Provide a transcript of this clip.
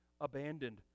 abandoned